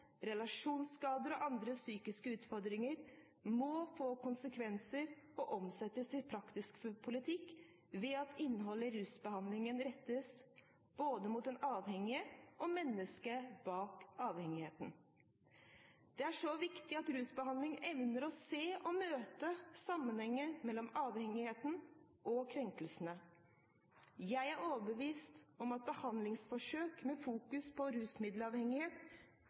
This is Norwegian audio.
relasjonsskader og andre psykiske utfordringer må få konsekvenser og omsettes til praksis ved at innholdet i rusbehandlingen retter seg både mot avhengigheten og mennesket bak avhengigheten. Det er så viktig at rusbehandlingen evner å se og møte sammenhengen mellom avhengigheten og krenkelsene. Jeg er overbevist om at behandlingsforsøk med fokus på rusmiddelavhengighet